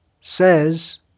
says